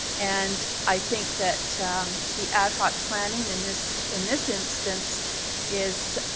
and i think that the ad hoc planning in this in this instance is